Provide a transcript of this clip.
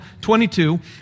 22